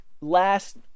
last